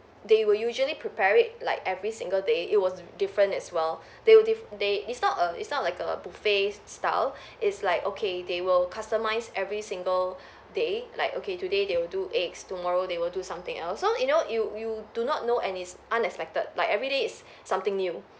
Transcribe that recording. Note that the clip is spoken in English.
they will usually prepare it like every single day it was different as well they'll they they it's not a it's not like a buffet style is like okay they will customise every single day like okay today they will do eggs tomorrow they will do something else so you know you you do not know and it's unexpected like everyday it's something new